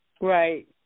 Right